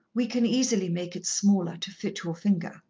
we can easily make it smaller, to fit your finger,